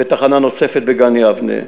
ותחנה נוספת בגן-יבנה.